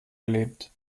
erlebt